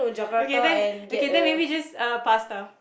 okay then okay then maybe just uh pasta